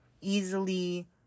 easily